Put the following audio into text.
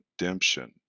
redemption